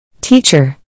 Teacher